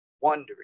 wondering